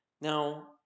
Now